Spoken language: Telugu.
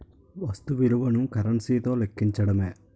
వస్తు విలువను కరెన్సీ తో లెక్కించడమే